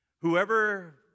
Whoever